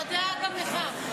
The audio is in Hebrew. התשפ"ד 2024,